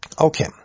Okay